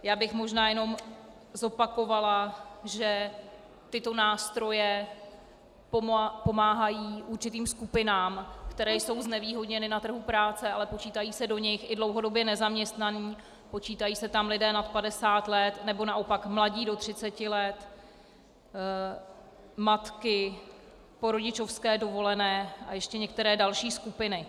Já bych možná jenom zopakovala, že tyto nástroje pomáhají určitým skupinám, které jsou znevýhodněny na trhu práce, ale počítají se do nich i dlouhodobě nezaměstnaní, počítají se tam lidé nad 50 let nebo naopak mladí do 30 let, matky po rodičovské dovolené a ještě některé další skupiny.